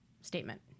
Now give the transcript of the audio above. statement